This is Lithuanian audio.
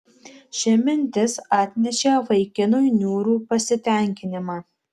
ši mintis atnešė vaikinui niūrų pasitenkinimą